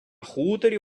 хуторі